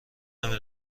نمی